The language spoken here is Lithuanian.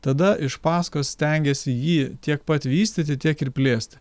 tada iš paskos stengiasi jį tiek pat vystyti tiek ir plėsti